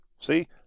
See